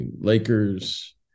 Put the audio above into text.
Lakers